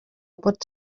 pot